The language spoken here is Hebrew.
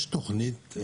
יש תכנית?